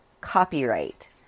copyright